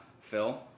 phil